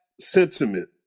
sentiment